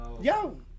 Yo